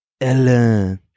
Ellen